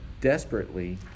desperately